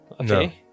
Okay